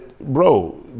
Bro